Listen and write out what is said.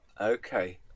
Okay